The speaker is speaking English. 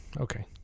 Okay